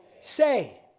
say